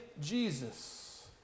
Jesus